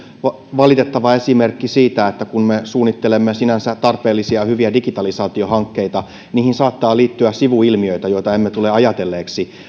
valitettava esimerkki siitä että kun me suunnittelemme sinänsä tarpeellisia hyviä digitalisaatiohankkeita niihin saattaa liittyä sivuilmiöitä joita emme tule ajatelleeksi